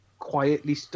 Quietly